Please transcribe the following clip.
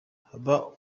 haba